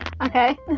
okay